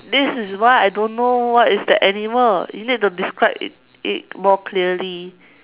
this is why I don't know what is the animal you need to describe it it more clearly